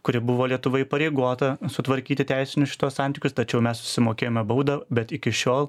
kuri buvo lietuva įpareigota sutvarkyti teisinius šituos santykius tačiau mes sumokėjome baudą bet iki šiol